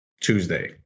Tuesday